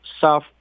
south